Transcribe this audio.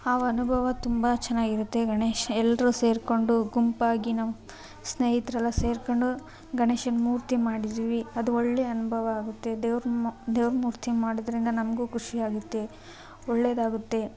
ಆ ಅನುಭವ ತುಂಬ ಚೆನ್ನಾಗಿರುತ್ತೆ ಗಣೇಶ ಎಲ್ಲರೂ ಸೇರಿಕೊಂಡು ಗುಂಪಾಗಿ ನಾವು ಸ್ನೇಹಿತರೆಲ್ಲ ಸೇರಿಕೊಂಡು ಗಣೇಶನ ಮೂರ್ತಿ ಮಾಡಿದ್ವಿ ಅದು ಒಳ್ಳೆಯ ಅನುಭವ ಆಗುತ್ತೆ ದೇವರ ಮೂರ್ತಿ ಮಾಡೋದ್ರಿಂದ ನಮಗೂ ಖುಷಿಯಾಗುತ್ತೆ ಒಳ್ಳೆಯದಾಗುತ್ತೆ